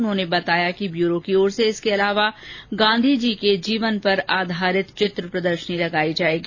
उन्होंने बताया कि ब्यूरो की ओर से इसके अलावा गांधी जी के जीवन पर आधारित चित्र प्रदर्शनी लगाई जाएगी